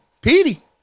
Petey